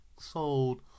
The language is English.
sold